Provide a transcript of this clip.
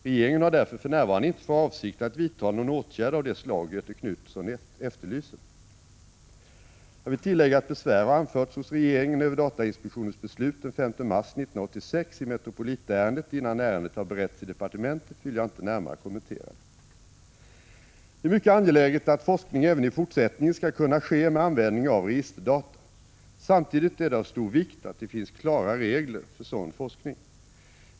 Regeringen har därför för närvarande inte för avsikt att vidta någon åtgärd av det slag Göthe Knutson efterlyser. Jag vill tillägga att besvär har anförts hos regeringen över datainspektionens beslut den 5 mars 1986 i Metropolitärendet. Innan ärendet har beretts i departementet vill jag inte närmare kommentera det. Det är mycket angeläget att forskning även i fortsättningen skall kunna ske med användning av registerdata. Samtidigt är det av stor vikt att det finns klara regler för sådan forskning.